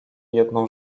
jedną